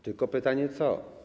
Tylko pytanie co.